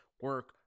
Work